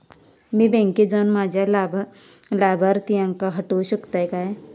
मी बँकेत जाऊन माझ्या लाभारतीयांका हटवू शकतय काय?